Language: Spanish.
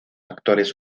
actores